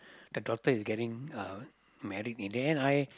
the daughter is getting uh married in the end I